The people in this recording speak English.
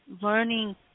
learning